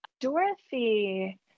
Dorothy